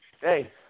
hey